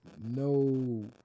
no